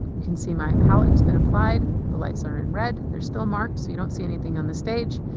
you can see my palette has been applied, the lights are in red, they're still marked so you don't see anything on the stage.